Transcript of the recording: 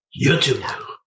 YouTube